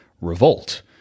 revolt